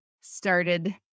started